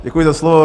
Děkuji za slovo.